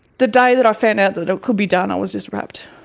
the day that i found out that it could be done i was just rapt.